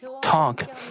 talk